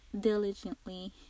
diligently